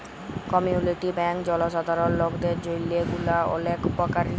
community bank জলসাধারল লকদের জন্হে গুলা ওলেক উপকারী